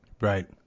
Right